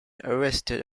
arrested